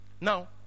Now